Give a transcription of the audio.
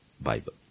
bible